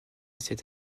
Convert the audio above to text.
cet